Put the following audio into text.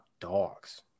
dogs